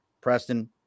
Preston